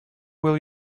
will